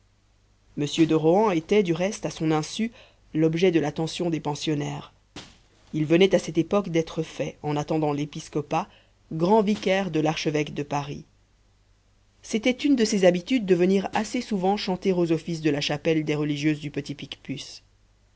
m de rohan était du reste à son insu l'objet de l'attention des pensionnaires il venait à cette époque d'être fait en attendant l'épiscopat grand vicaire de l'archevêque de paris c'était une de ses habitudes de venir assez souvent chanter aux offices de la chapelle des religieuses du petit picpus